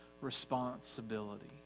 responsibility